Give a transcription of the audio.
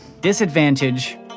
disadvantage